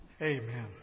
Amen